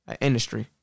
industry